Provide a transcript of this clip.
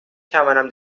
توانم